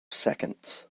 seconds